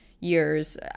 years